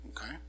Okay